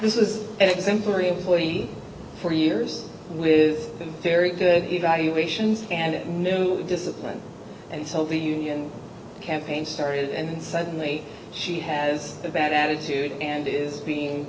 this is an exemplary employee for years with very good evaluations and new discipline and so the union campaign started and suddenly she has a bad attitude and is